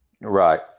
Right